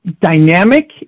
dynamic